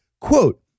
quote